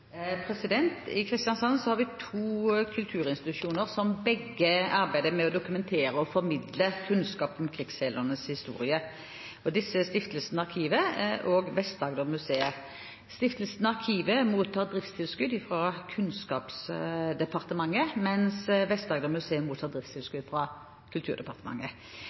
I Kristiansand har vi to kulturinstitusjoner som begge arbeider med å dokumentere og formidle kunnskap om krigsseilernes historie. Disse er Stiftelsen Arkivet og Vest-Agder-museet. Stiftelsen Arkivet mottar driftstilskudd fra Kunnskapsdepartementet, mens Vest-Agder-museet mottar driftstilskudd fra Kulturdepartementet.